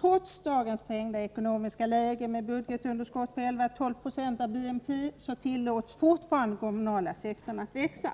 Trots dagens trängda ekonomiska läge med budgetunderskott på 11-12 9o av BNP tillåts fortfarande den kommunala sektorn att växa.